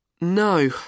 No